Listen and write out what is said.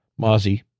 Mozzie